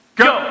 go